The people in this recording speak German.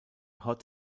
hot